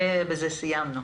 ובזה נסיים.